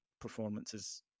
performances